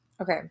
Okay